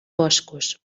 boscos